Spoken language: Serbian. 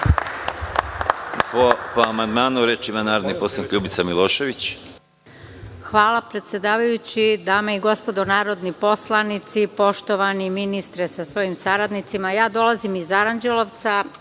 Hvala, predsedavajući. Dame i gospodo narodni poslanici, poštovani ministre sa svojim saradnicima, dolazim iz Aranđelovca,